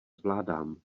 zvládám